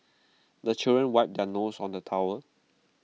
the children wipe their noses on the towel